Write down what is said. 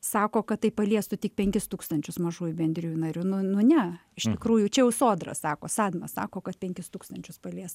sako kad tai paliestų tik penkis tūkstančius mažųjų bendrijų narių nu nu ne iš tikrųjų čia jau sodra sako sadmas sako kad penkis tūkstančius palies